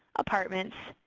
apartments,